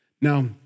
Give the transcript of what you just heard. Now